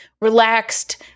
relaxed